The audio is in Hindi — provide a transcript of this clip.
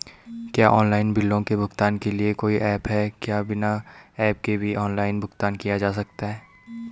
क्या ऑनलाइन बिलों के भुगतान के लिए कोई ऐप है क्या बिना ऐप के भी ऑनलाइन भुगतान किया जा सकता है?